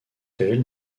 réelle